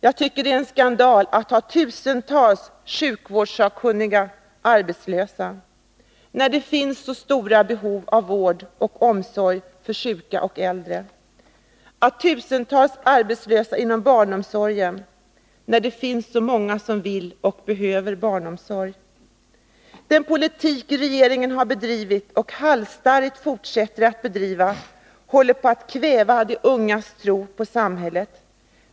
Jag tycker att det är en skandal att ha tusentals sjukvårdskunniga arbetslösa, när det finns så stora behov av vård och omsorg för sjuka och äldre. Det är skandal att ha tusentals arbetslösa inom barnomsorgen, när det finns så många som behöver och vill ha barnomsorg. Den politik regeringen har bedrivit och halsstarrigt fortsätter att bedriva håller på att kväva de ungas tro på samhället.